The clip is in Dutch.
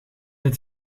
het